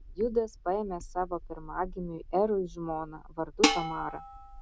judas paėmė savo pirmagimiui erui žmoną vardu tamara